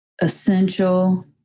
essential